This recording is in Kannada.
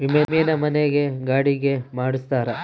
ವಿಮೆನ ಮನೆ ಗೆ ಗಾಡಿ ಗೆ ಮಾಡ್ಸ್ತಾರ